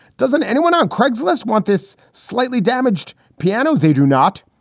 doesn't anyone on craigslist want this slightly damaged piano? they do not.